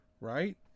Right